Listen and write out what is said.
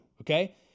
okay